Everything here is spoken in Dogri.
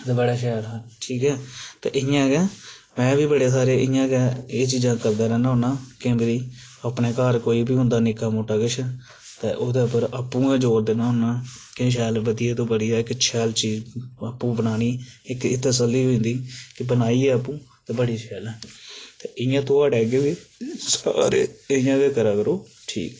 ते बड़ा शैल हा ठीक ऐ ते इ'यां गै में बी बड़े सारे इ'यां गै एह् चीजां करदा रैह्न्ना होन्नां केईं बारी अपने घर कोई बी होंदा निक्का मुट्टा किश ते ओह्दे पर आपूं गै जोर दिन्ना हुन्नां केह् शैल बधिया तूं बधिया इक्क शैल चीज आपूं बनानी इक्क एह् तसल्ली होई जंदी कि बनाइयै आपूं ते बड़ी शैल ऐ ते इ'यां थोआड़े अग्गे बी इ'यां गै करा करो ठीक